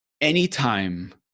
anytime